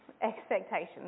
Expectations